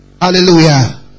Hallelujah